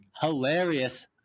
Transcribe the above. hilarious